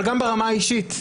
אבל גם ברמה האישית,